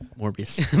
Morbius